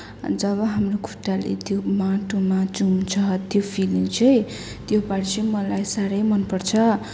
जब हाम्रो खुट्टाले त्यो माटोमा चुम्छ त्यो फिलिङ चाहिँ त्यो पार्ट चाहिँ मलाई साह्रै मनपर्छ